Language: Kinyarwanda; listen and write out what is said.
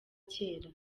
cyera